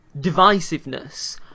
divisiveness